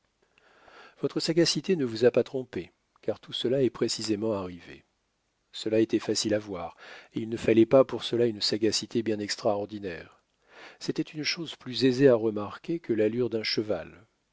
votre sagacité ne vous a pas trompé car tout cela est précisément arrivé cela était facile à voir et il ne fallait pas pour cela une sagacité bien extraordinaire c'était une chose plus aisée à remarquer que l'allure d'un cheval